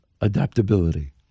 adaptability